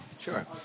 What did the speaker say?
Sure